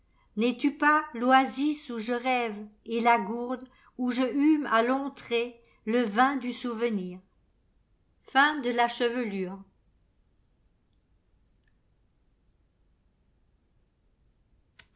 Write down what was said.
n'es-tu pas l'oasis où je rêve et la gourde où je hume à longs traits le vin du souvenir